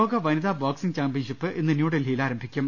ലോക വനിതാ boxing championship ഇന്ന് ന്യൂഡൽഹി യിൽ തുടങ്ങും